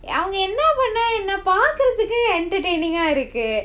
அவங்க என்ன பண்ணா என்ன பாக்குறதுக்கு:avanga enna panna enna paakkurathukku entertaining ah இருக்கு:irukku